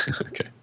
Okay